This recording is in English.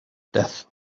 death